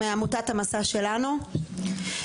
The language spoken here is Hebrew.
הצוות של מעייני הישועה עבר הכשרה אצלנו וכן עוד מרכזים רבים.